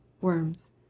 worms